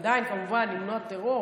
עדיין כמובן למנוע טרור.